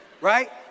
right